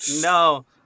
no